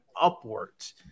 upwards